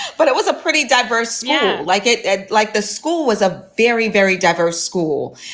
but it was a pretty diverse yeah like it it like the school was a very, very diverse school.